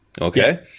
Okay